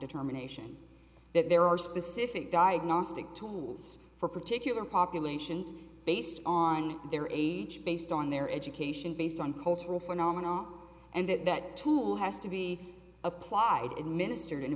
determination that there are specific diagnostic tools for particular populations based on their age based on their education based on cultural phenomena and that that tool has to be applied in a minister in a